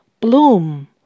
Bloom